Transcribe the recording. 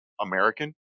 American